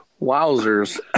Wowzers